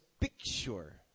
picture